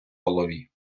голові